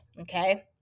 okay